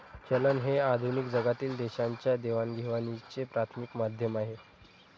चलन हे आधुनिक जगातील देशांच्या देवाणघेवाणीचे प्राथमिक माध्यम आहे